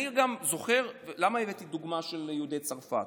אני גם זוכר, למה הבאתי את הדוגמה של יהודי צרפת?